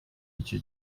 icyo